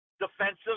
defensive